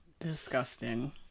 Disgusting